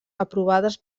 aprovades